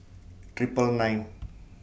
Triple nine